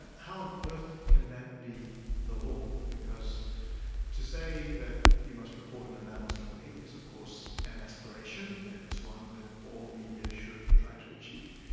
ah how on earth can that be the law? because to say that you must report in a balanced way is of course an aspiration, and it's one that all media should try to achieve,